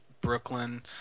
Brooklyn